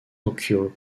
occur